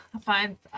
fine